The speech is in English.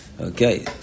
Okay